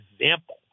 example